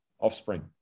offspring